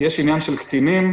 יש עניין של קטינים.